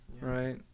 Right